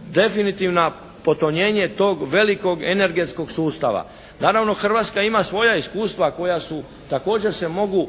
definitivna potonjenje tog velikog energetskog sustava. Naravno, Hrvatska ima svoja iskustva koja su, također se mogu